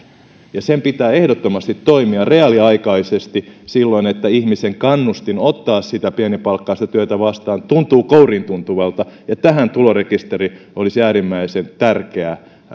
ja sen pitää ehdottomasti toimia reaaliaikaisesti niin että ihmisen kannustin ottaa pienipalkkaista työtä vastaan tuntuu kouriintuntuvalta tämän toteuttamiseen tulorekisteri olisi äärimmäisen tärkeä